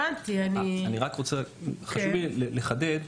חשוב לי לחדד,